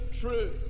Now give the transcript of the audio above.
truth